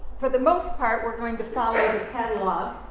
for the most part, we're going to follow the catalog.